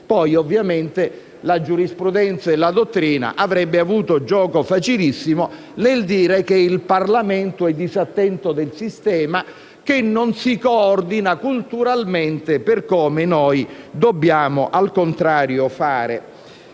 Poi, ovviamente, la giurisprudenza e la dottrina avrebbero avuto gioco facilissimo nel dire che il Parlamento è disattento rispetto al sistema e che non si coordina culturalmente per come dobbiamo al contrario fare.